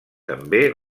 també